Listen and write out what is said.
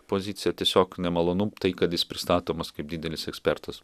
pozicija tiesiog nemalonu tai kad jis pristatomas kaip didelis ekspertas